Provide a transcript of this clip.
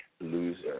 Loser